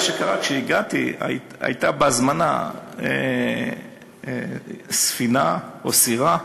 מה שקרה כשהגעתי זה שהייתה בהזמנה ספינה או סירה,